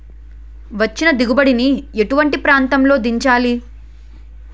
వచ్చిన దిగుబడి ని ఎటువంటి ప్రాంతం లో దాచాలి?